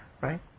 right